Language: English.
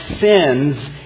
sins